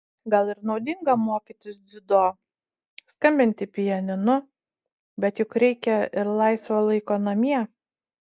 gal ir naudinga mokytis dziudo skambinti pianinu bet juk reikia ir laisvo laiko namie